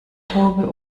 taube